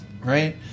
right